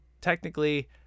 technically